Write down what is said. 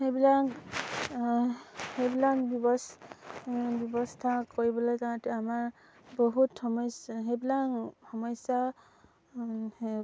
সেইবিলাক সেইবিলাক ব্যৱস্থা কৰিবলৈ যাওঁতে আমাৰ বহুত সমস্যা সেইবিলাক সমস্যা